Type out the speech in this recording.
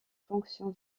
fonction